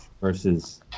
versus